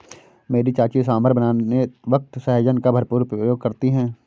मेरी चाची सांभर बनाने वक्त सहजन का भरपूर प्रयोग करती है